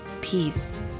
peace